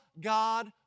God